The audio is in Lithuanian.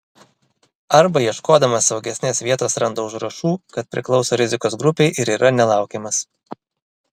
arba ieškodamas saugesnės vietos randa užrašų kad priklauso rizikos grupei ir yra nelaukiamas